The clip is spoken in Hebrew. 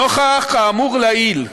נוכח האמור לעיל,